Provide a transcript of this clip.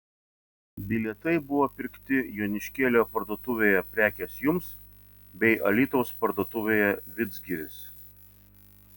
bilietai buvo pirkti joniškėlio parduotuvėje prekės jums bei alytaus parduotuvėje vidzgiris